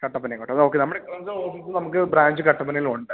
കട്ടപ്പന ആയിക്കോട്ടെ ഓക്കെ നമ്മുടെ ഓഫീസ് നമുക്ക് ബ്രാഞ്ച് കട്ടപ്പനയിലുണ്ട്